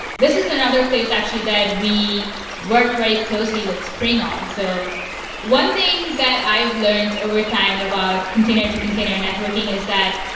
this is another place actually that we work very closely with spring on. so one thing that i've learned overtime about container to container networking is that